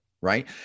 right